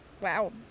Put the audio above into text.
wow